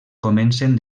comencen